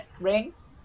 Rings